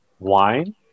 wine